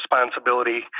responsibility